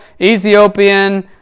Ethiopian